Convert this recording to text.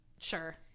Sure